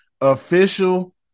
official